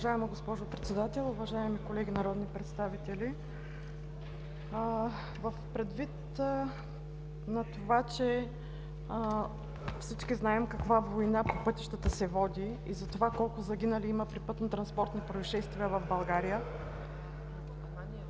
Уважаема госпожо председател, уважаеми колеги народни представители! Предвид на това, че всички знаем каква война по пътищата се води и колко загинали има при пътнотранспортни произшествия в България,